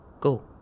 Go